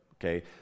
okay